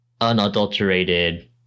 unadulterated